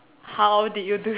how did you do it